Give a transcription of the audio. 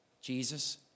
Jesus